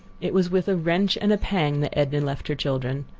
it was with a wrench and a pang that edna left her children.